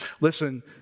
Listen